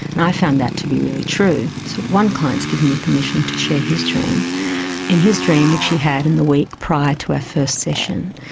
and i found that to be really true. so one client's given me permission to share his dream, and in his dream, which he had in the week prior to our first session,